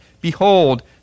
Behold